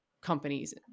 companies